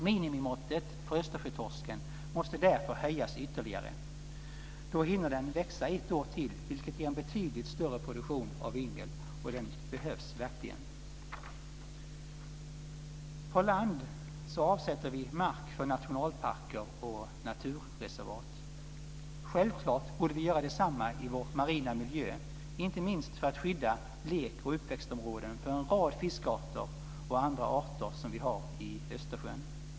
Minimimåttet för Östersjötorsken måste därför höjas ytterligare. Då hinner den växa ett år till, vilket ger en betydligt större produktion av yngel. Det behövs verkligen. På land avsätter vi mark för nationalparker och naturreservat. Självklart borde vi göra detsamma i vår marina miljö, inte minst för att skydda lek och uppväxtområden för en rad fiskarter och andra arter som vi har i Östersjön.